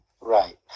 Right